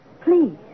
Please